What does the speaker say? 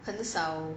很少